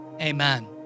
amen